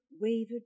wavered